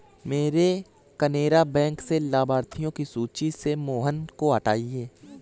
मेरे केनरा बैंक से लाभार्थियों की सूची से मोहन को हटाइए